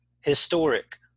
historic